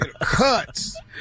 cuts